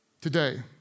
today